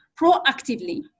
proactively